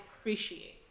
appreciate